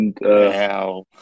Wow